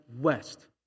west